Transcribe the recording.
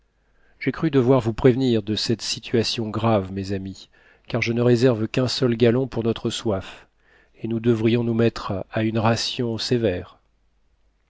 j'ai cru devoir vous prévenir de cette situation grave mes amis car je ne réserve qu'un seul gallon pour notre soif et nous devrons nous mettre à une ration sévère